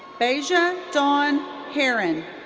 baysia dawn herron.